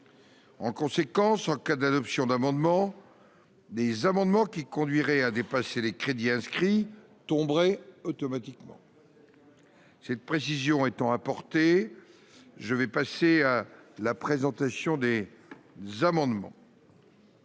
en conséquence en cas d'adoption d'amendements, des amendements qui conduirait à dépasser les crédits inscrits tomberait automatiquement cette précision étant apportées, je vais passer à la présentation des amendements.